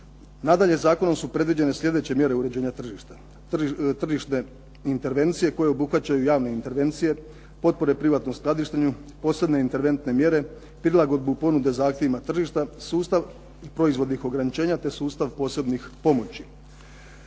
Nadalje, zakonom su predviđene sljedeće mjere uređenja tržišta. Tržište intervencije koje obuhvaćaju javne intervencije, potpore privatnom skladištenju, posebne interventne mjere, prilagodbu ponude zahtjevima tržišta, sustav proizvodnih ograničenja te sustav posebnih pomoći.